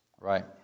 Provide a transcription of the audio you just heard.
Right